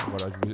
voilà